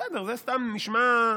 בסדר, זה סתם נשמע,